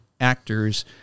actors